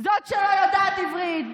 זאת שלא יודעת עברית.